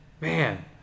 Man